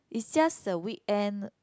is just a weekend